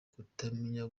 kutamenya